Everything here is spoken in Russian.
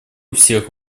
всех